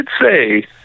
say